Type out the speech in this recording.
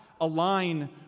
align